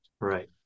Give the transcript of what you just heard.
Right